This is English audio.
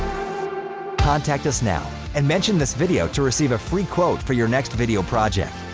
contact us now and mention this video to receive a free quote for your next video project.